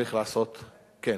צריך לעשות כן.